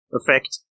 effect